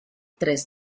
tres